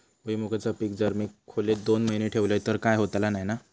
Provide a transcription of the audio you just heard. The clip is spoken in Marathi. भुईमूगाचा पीक जर मी खोलेत दोन महिने ठेवलंय तर काय होतला नाय ना?